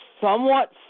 somewhat